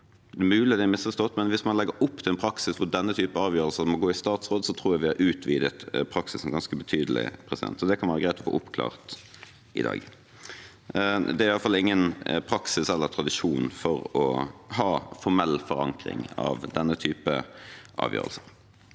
Mulig det er misforstått, men hvis man legger opp til en praksis hvor denne type avgjørelser må gå i statsråd, tror jeg vi har utvidet praksisen ganske betydelig. Så det kan være greit å få oppklart i dag. Det er iallfall ingen praksis eller tradisjon for å ha formell forankring av denne type avgjørelser.